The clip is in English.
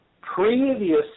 previous